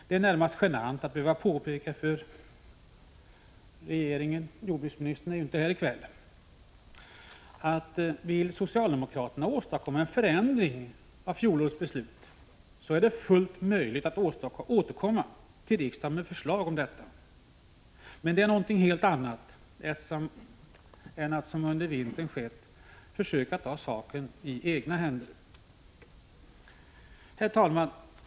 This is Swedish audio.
Det är närmast genant att behöva påpeka för regeringen — jordbruksministern är ju inte här i kväll — att om socialdemokraterna vill åstadkomma en förändring av fjolårets beslut, är det fullt möjligt att återkomma till riksdagen med förslag om detta. Det är emellertid något helt annat än att, som under vintern skett, försöka ta saken i egna händer. Herr talman!